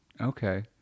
Okay